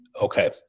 Okay